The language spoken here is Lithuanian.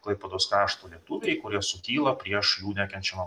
klaipėdos krašto lietuviai kurie sukyla prieš jų nekenčiamą